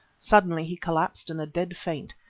suddenly he collapsed in a dead faint,